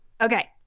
Okay